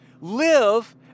live